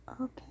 Okay